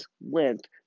went